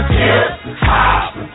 hip-hop